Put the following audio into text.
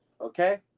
okay